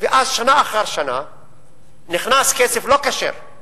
ואז שנה אחר שנה נכנס כסף לא כשר,